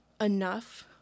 enough